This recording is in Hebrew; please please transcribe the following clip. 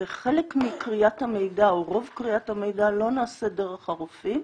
וחלק מכריית המידע או רוב כריית המידע לא נעשית דרך הרופאים,